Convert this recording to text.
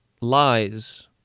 lies